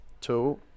two